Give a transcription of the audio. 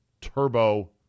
turbo